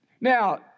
Now